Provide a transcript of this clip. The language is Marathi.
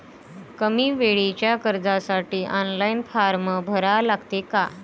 कमी वेळेच्या कर्जासाठी ऑनलाईन फारम भरा लागते का?